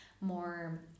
more